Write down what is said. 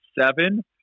seven